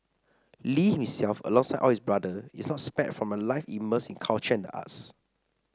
Lee himself alongside all his brothers is not spared from a life immersed in culture and the arts